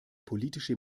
politische